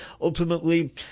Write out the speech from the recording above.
Ultimately